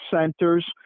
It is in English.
centers